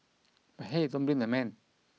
but hey don't blame the man